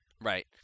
Right